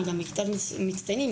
אני גם בכיתת מצטיינים,